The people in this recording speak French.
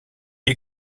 est